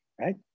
right